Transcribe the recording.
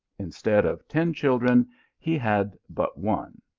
instead of ten children he had but one.